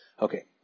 Okay